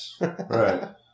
Right